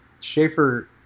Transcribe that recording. Schaefer